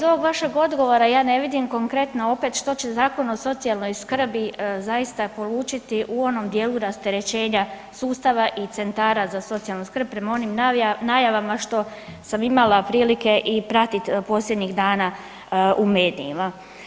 Iz ovog vašeg odgovora, ja ne vidim konkretno opet što će Zakon o socijalnoj skrbi zaista polučiti u onom dijelu rasterećenja sustava i centara za socijalnu skrb prema onim najavama što sam imala prilike i pratit posljednjih dana u medijima.